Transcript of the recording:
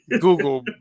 Google